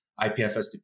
IPFS